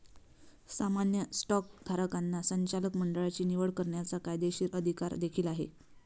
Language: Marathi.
सामान्य स्टॉकधारकांना संचालक मंडळाची निवड करण्याचा कायदेशीर अधिकार देखील आहे